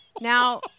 Now